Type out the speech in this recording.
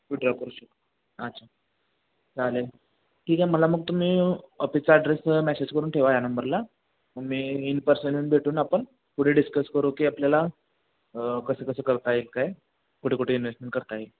withdraw करू शक अच्छा चालेल ठीक आहे मला मग तुम्ही ऑफिसचा ॲड्रेस मॅसेज करून ठेवा या नंबरला मी इन पर्सन भेटून आपण पुढे डिस्कस करू की आपल्याला कसं कसं करता येईल काय कुठे कुठे इन्व्हेस्टमेंट करता येईल